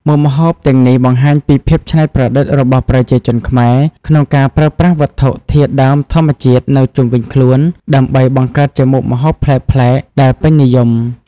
មុខម្ហូបទាំងនេះបង្ហាញពីភាពច្នៃប្រឌិតរបស់ប្រជាជនខ្មែរក្នុងការប្រើប្រាស់វត្ថុធាតុដើមធម្មជាតិនៅជុំវិញខ្លួនដើម្បីបង្កើតជាមុខម្ហូបប្លែកៗដែលពេញនិយម។